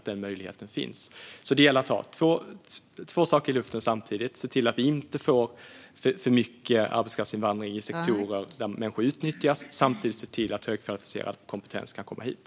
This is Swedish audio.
Det gäller att ha två saker i luften samtidigt: att se till att vi inte får för mycket arbetskraftsinvandring i sektorer där människor utnyttjas, och att samtidigt se till att högkvalificerad kompetens kan komma hit.